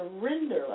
surrender